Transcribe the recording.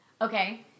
Okay